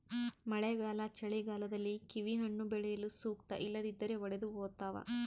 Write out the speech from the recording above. ಮಳೆಗಾಲ ಚಳಿಗಾಲದಲ್ಲಿ ಕಿವಿಹಣ್ಣು ಬೆಳೆಯಲು ಸೂಕ್ತ ಇಲ್ಲದಿದ್ದರೆ ಒಡೆದುಹೋತವ